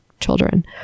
children